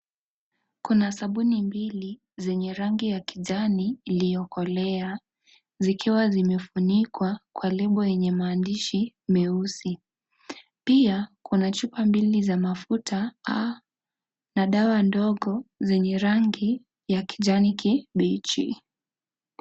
Kuna sabuni mbili zenye rangi ya kijani iliyo kolea zikiwa zimefunikwa kwa lebo yenye maandishi meusi, pia kuna chupa mbili za mafuta na dawa ndogo zenye rangi ya kijani kibichi.